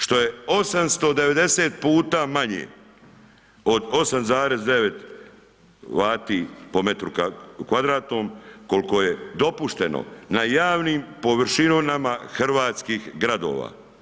Što je 890 puta manje od 8,9 vati po metru kvadratnom, koliko je dopušteno na javnim površinama hrvatskih gradova.